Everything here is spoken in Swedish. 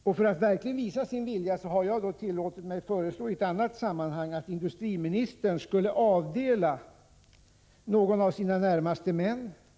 1 april 1986 Jag har i ett annat sammanhang tillåtit mig föreslå att industriministern för - Om befolknings att verkligen visa sin goda vilja borde avdela någon av sina närmaste män — kli 2 sz 5 =.